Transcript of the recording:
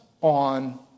on